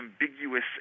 ambiguous